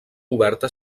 oberta